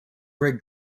rig